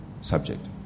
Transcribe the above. subject